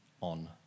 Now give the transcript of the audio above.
on